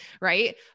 Right